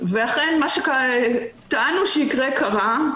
ואכן מה שטענו שיקרה קרה.